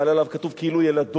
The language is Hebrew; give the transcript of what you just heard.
מעלה עליו הכתוב כאילו יְלדו.